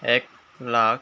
এক লাখ